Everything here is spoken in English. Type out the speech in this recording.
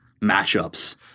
matchups